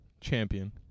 Champion